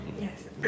Yes